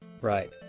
Right